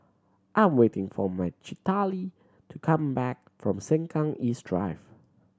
I am waiting for Citlalli to come back from Sengkang East Drive